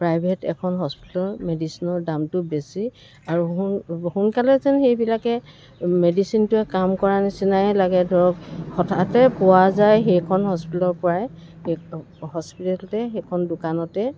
private এখন হস্পিটেলৰ মেডিচেনৰ দামটো বেছি আৰু সোন সোনকালে যেন সেইবিলাকে মেডিচেনটোৱে কাম কৰা নিচিনাই লাগে ধৰক হঠাতে পোৱা যায় সেইখন হস্পিটেলৰ পৰাই সেই হস্পিটেলতে সেইখন দোকানতে